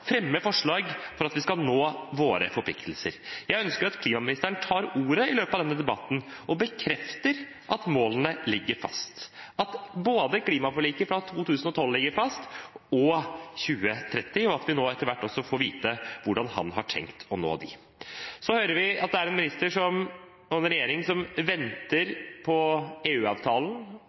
fremme forslag for at vi skal nå våre forpliktelser. Jeg ønsker at klimaministeren tar ordet i løpet av denne debatten og bekrefter at målene ligger fast, at både klimaforliket fra 2012 og 2030-målene ligger fast, og at vi etter hvert får vite hvordan han har tenkt å nå dem. Vi hører at det er en minister og en regjering som venter